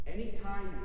Anytime